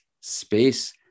space